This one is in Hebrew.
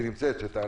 כולם?